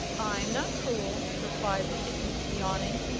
i'm not cruel, replied the kitten, yawning.